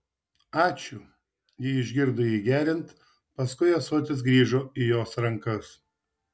ačiū ji išgirdo jį geriant paskui ąsotis grįžo įjos rankas